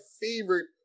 favorite